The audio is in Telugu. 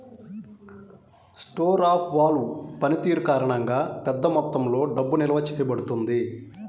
స్టోర్ ఆఫ్ వాల్వ్ పనితీరు కారణంగా, పెద్ద మొత్తంలో డబ్బు నిల్వ చేయబడుతుంది